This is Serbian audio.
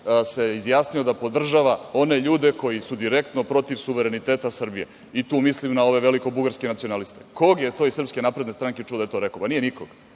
se izjasnio da podržava one ljude koji su direktno protiv suvereniteta Srbije i tu mislim na ove velike Bugarske nacionaliste. Kog je to iz Srpske Napredne Stranke čuo da je to rekao? Nije nikoga.